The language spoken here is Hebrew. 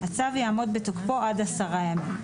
הצו יעמוד בתוקפו עד עשרה ימים,